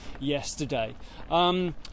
yesterday